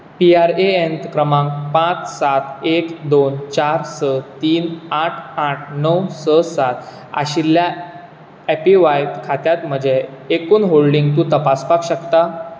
P R A N क्रमांक पांच सात एक दोन चार स तीन आठ आठ णव स सात आशिल्ल्या ए पी व्हाय खात्यांत म्हजें एकूण होल्डिंग तूं तपासपाक शकता